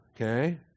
Okay